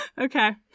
Okay